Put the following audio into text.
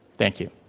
thank you,